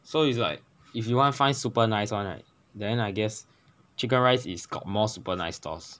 so it's like if you want find super nice one right then I guess chicken rice is got more super nice stores